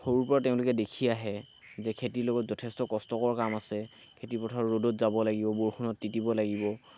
সৰুৰ পৰা তেওঁলোকে দেখি আহে যে খেতিৰ লগত যথেষ্ট কষ্টকৰ কাম আছে খেতিপথাৰত ৰ'দত যাব লাগিব বৰষুণত তিতিব লাগিব